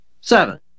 seven